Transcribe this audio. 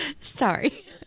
sorry